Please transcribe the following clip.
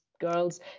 girls